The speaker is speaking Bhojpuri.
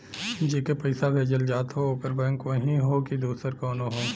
जेके पइसा भेजल जात हौ ओकर बैंक वही हौ कि दूसर कउनो हौ